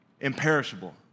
imperishable